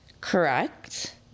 Correct